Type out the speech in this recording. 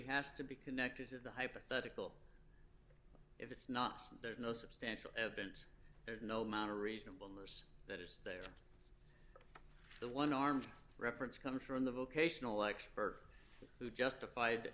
has to be connected to the hypothetical if it's not there's no substantial evidence there's no amount of reasonable nurse that is that the one armed reference come from the vocational expert who justified